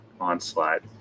onslaught